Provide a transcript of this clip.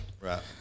Right